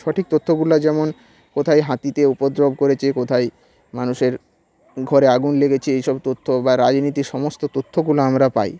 সঠিক তথ্যগুলা যেমন কোথায় হাতিতে উপদ্রব করেছে কোথায় মানুষের ঘরে আগুন লেগেছে এইসব তথ্য বা রাজনীতির সমস্ত তথ্যগুলো আমরা পাই